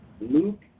Luke